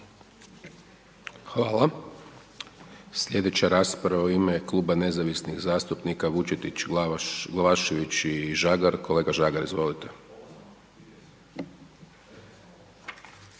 Hvala. Slijedeća rasprava u ime Kluba nezavisnih zastupnika, Vučetić, Glavašević i Žagar, kolega Žagar, izvolite.